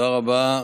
תודה רבה.